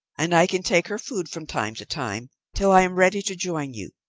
and i can take her food from time to time till i am ready to join you.